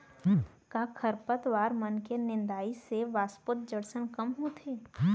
का खरपतवार मन के निंदाई से वाष्पोत्सर्जन कम होथे?